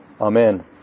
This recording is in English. Amen